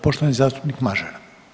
Poštovani zastupnik Mažar.